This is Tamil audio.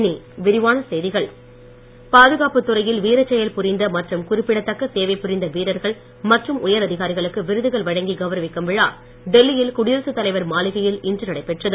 இனி விரிவான செய்திகள் பாதுகாப்புத்துறையில் வீரச்செயல் புரிந்த மற்றும் குறிப்பிடத்தக்க சேவை புரிந்த வீரர்கள் மற்றும் உயர் அதிகாரிகளுக்கு விருதுகள் வழங்கி கவுரவிக்கும் விழா டெல்லியில் குடியரசு தலைவர் மாளிகையில் இன்று நடைபெற்றது